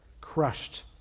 crushed